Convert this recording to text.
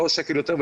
לא שקל יותר,